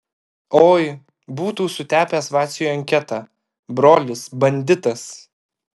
oi būtų sutepęs vaciui anketą brolis banditas